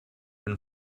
been